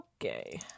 okay